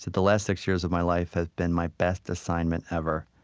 the last six years of my life have been my best assignment ever.